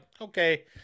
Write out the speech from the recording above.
okay